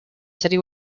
city